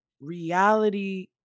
reality